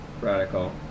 Radical